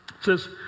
says